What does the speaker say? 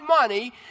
money